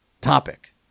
topic